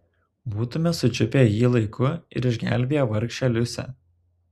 būtumėme sučiupę jį laiku ir išgelbėję vargšę liusę